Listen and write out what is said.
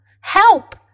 Help